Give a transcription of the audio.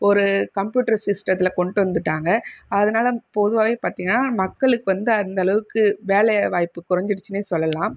ஒரு கம்ப்யூட்டர் சிஸ்டத்தில் கொண்டு வந்துட்டாங்கள் அதனால பொதுவாகவே பார்த்தீங்கன்னா மக்களுக்கு வந்து அந்த அளவுக்கு வேலை வாய்ப்பு குறைஞ்சிடுச்சின்னே சொல்லலாம்